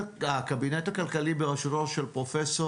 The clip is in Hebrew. הקבינט הכלכלי בראשות פרופ'